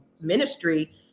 ministry